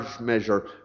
measure